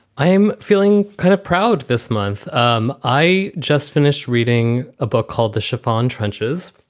i'm feeling kind of proud this month. um i just finished reading a book called the chiffon trenches,